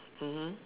mmhmm